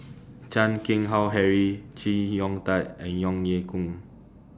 Chan Keng Howe Harry Chee Hong Tat and Ong Ye Kung